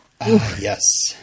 Yes